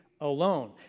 alone